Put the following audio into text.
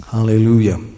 Hallelujah